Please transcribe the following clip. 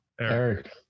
Eric